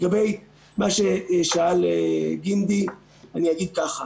לגבי מה ששאל גינדי, אני אגיד ככה: